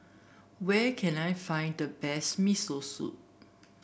where can I find the best Miso Soup